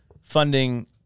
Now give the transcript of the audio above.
funding